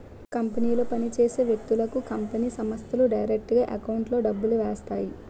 కంపెనీలో పని చేసే వ్యక్తులకు కంపెనీ సంస్థలు డైరెక్టుగా ఎకౌంట్లో డబ్బులు వేస్తాయి